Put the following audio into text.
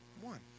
One